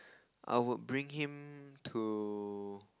I would bring him to